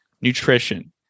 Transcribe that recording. nutrition